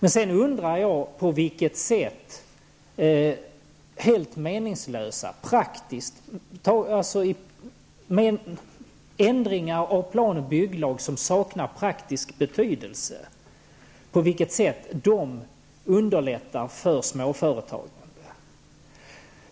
Jag undrar på vilket sätt ändringar i plan och bygglagen som saknar praktisk betydelse underlättar för småföretagande.